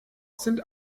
sind